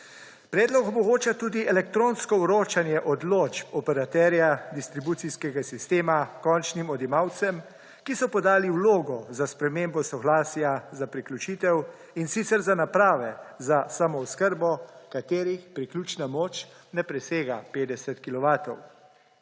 Predlog omogoča tudi elektronsko vročanje odločb operaterja distribucijskega sistema končnim odjemalcem, ki so podali vlogo za spremembo soglasja za priključitev, in sicer za naprave za samooskrbo, katerih priključna moč ne presega 50